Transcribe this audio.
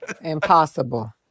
Impossible